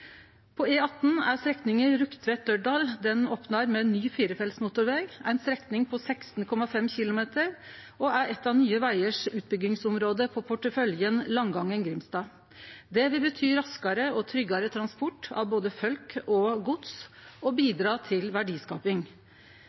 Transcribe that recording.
På E18 er strekninga Rugtvedt–Dørdal. Den opnar med ny firefelts motorveg, ei strekning på 16,5 km, og er eit av Nye Veiers utbyggingsområde på porteføljen Langangen–Grimstad. Det vil bety raskare og tryggare transport av både folk og gods og bidra til verdiskaping.